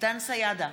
דן סידה,